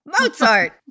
Mozart